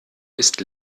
ist